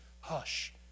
Hush